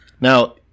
now